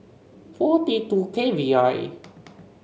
four T two K V R A